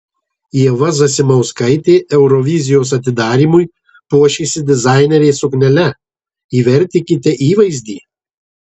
ieva zasimauskaitė eurovizijos atidarymui puošėsi dizainerės suknele įvertinkite įvaizdį